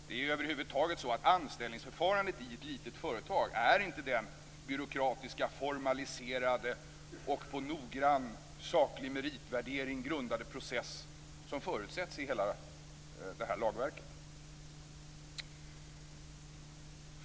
Det är över huvud taget så att anställningsförfarandet i ett litet företag inte är den byråkratiska, formaliserade och på noggrann, saklig meritvärdering grundade process som förutsätts i hela det här lagverket.